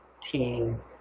team